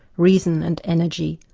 reason and energy,